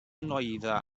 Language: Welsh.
nwyddau